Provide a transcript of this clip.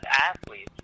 athletes